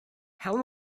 how